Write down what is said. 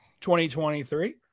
2023